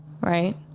right